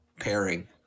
pairing